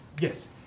Yes